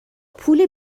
پول